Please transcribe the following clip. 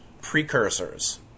precursors